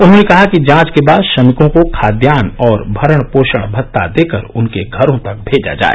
उन्होंने कहा कि जांच के बाद श्रमिकों को खाद्यान्न और भरण पोषण भत्ता देकर उनके घरों तक भेजा जाए